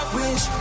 wish